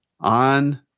on